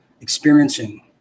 experiencing